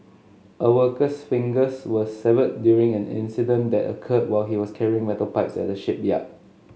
a worker's fingers were severed during an incident that occurred while he was carrying metal pipes at the shipyard